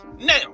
now